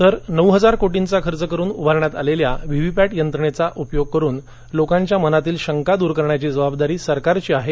तर नऊ हजार कोटींचा खर्च करून उभारण्यात आलेल्या व्ही व्ही पॅट यंत्रणेचा उपयोग करून लोकांच्या मनातील शंका दूर करण्याची जवाबदारी सरकारची आहे